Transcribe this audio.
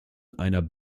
einer